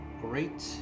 great